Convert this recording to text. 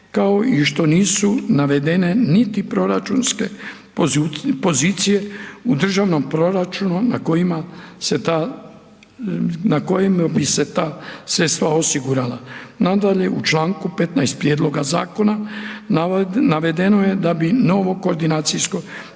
kao što nisu navedene niti proračunske pozicije u državnom proračunu na kojima bi se ta sredstva osigurala. Nadalje u čl. 15. prijedloga zakona navedeno je da bi novo koordinacijsko